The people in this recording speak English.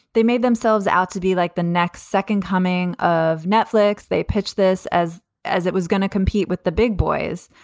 they made themselves out to be like the next second coming of netflix. they pitched this as as it was going to compete with the big boys.